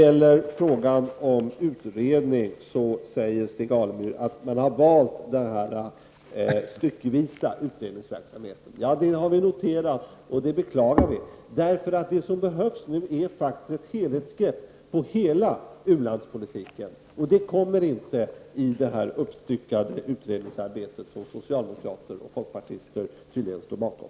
I frågan om utredning säger Stig Alemyr att man har valt den styckevisa utredningsverksamheten. Det har vi noterat, och detta beklagar vi, för det som behövs nu är faktiskt ett helhetsgrepp på u-landspolitiken, och det blir det inte med det uppstyckade utredningsarbete som socialdemokrater och folkpartister tydligen står bakom.